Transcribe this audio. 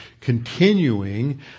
continuing